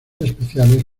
especiales